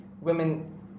women